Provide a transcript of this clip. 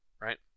right